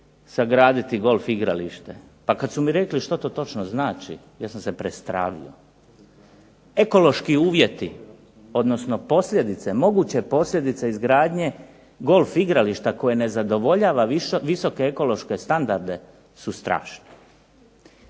sagraditi golf igralište, pa kada su mi rekli što to točno znači ja sam se prestravio. Ekološki uvjeti, moguće posljedice izgradnje golf igrališta koje ne zadovoljava visoke ekološke standarde su strašne.